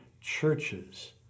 churches